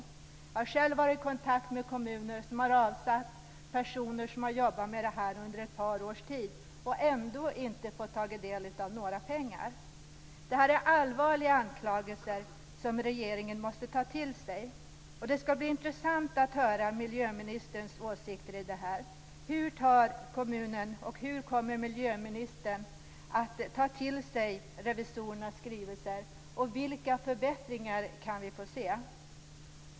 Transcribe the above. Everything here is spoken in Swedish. Jag har själv varit i kontakt med kommuner som har avsatt personer till att jobba med detta under ett par års tid och ändå inte fått ta del av några pengar. Detta är allvarliga anklagelser som regeringen måste ta till sig. Det ska bli intressant att höra miljöministerns åsikter om detta. Hur kommer miljöministern att ta till sig revisorernas skrivelser, och vilka förbättringar kan vi få se?